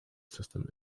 system